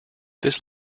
this